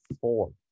four